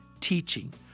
teaching